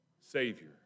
Savior